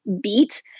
beat